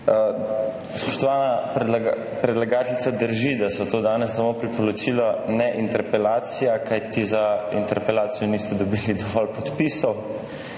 Spoštovana predlagateljica, drži, da so to danes samo priporočila, ne interpelacija, kajti za interpelacijo niste dobili dovolj podpisov.